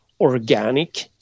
organic